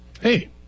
Hey